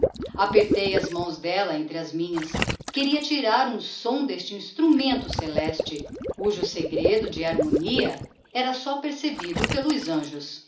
apertei as mãos d'ella entre as minhas queria tirar um som d'este instrumento celeste cujo segredo de harmonia era só percebido pelos anjos